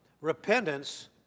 Repentance